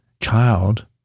child